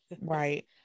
Right